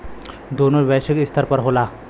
दोनों वैश्विक स्तर पर होला